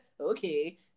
okay